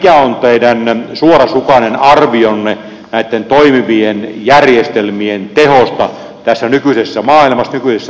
mikä on teidän suorasukainen arvionne näitten toimivien järjestelmien tehosta tässä nykyisessä maailmassa nykyisessä sodan kuvassa